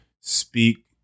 speak